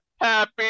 Happy